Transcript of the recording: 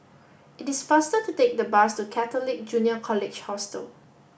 it is faster to take the bus to Catholic Junior College Hostel